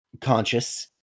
conscious